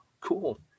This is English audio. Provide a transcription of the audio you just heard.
Cool